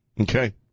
Okay